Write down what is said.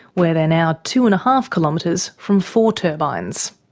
where they are now two and a half kilometres from four turbines.